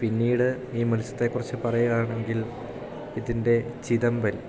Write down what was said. പിന്നീട് ഈ മത്സ്യത്തെ കുറിച്ച് പറയുകയാണെങ്കിൽ ഇതിൻ്റെ ചിതമ്പൽ